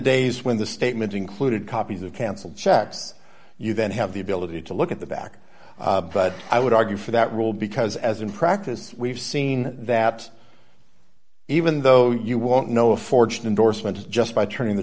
days when the statement included copies of cancelled checks you then have the ability to look at the back but i would argue for that role because as in practice we've seen that even though you won't know a forged indorsement just by turning the